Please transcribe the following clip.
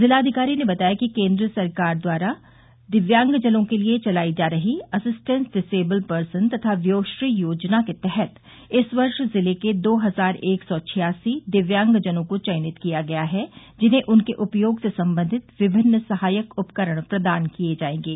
जिलाधिकारी ने बताया कि केन्द्र सरकार के द्वारा दिव्यांगजनों के लिये चलाई जा रही असिस्टेंस डिसेबल पर्सन तथा व्योश्री योजना के तहत इस वर्ष जिले के दो हजार एक सौ छियासी दिव्यांगजनों को चयनित किया गया है जिन्हें उनके उपयोग से संबंधित विमिन्न सहायक उपकरण प्रदान किये जायेंगे